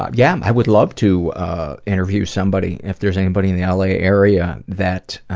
yeah, i would love to interview somebody, if there's anybody in the l. a. area that